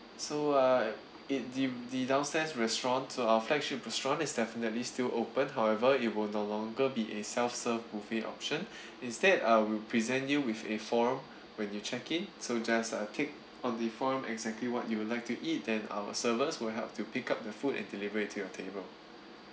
so uh it the the downstairs restaurant so our flagship restaurant is definitely still open however it will no longer be a self serve buffet option instead uh we'll present you with a form when you check in so you just uh tick on the form exactly what you'll like to eat then our servers will help to pick up the food and deliver it to your table